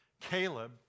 Caleb